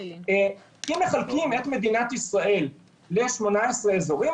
אם מחלקים את מדינת ישראל ל-18 אזורים,